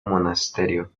monasterio